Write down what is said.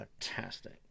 fantastic